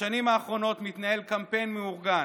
בשנים האחרונות מתנהל קמפיין מאורגן,